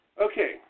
okay